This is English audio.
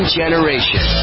generation